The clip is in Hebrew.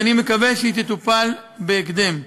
ואני מקווה שהיא תטופל בהקדם.